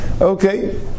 Okay